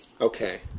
Okay